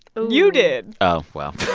um you did oh, well,